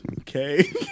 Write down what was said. Okay